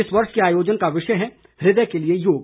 इस वर्ष के आयोजन का विषय है इदय के लिए योग